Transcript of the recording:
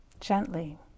gently